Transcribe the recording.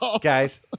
Guys